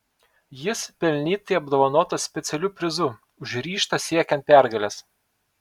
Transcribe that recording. jis pelnytai apdovanotas specialiu prizu už ryžtą siekiant pergalės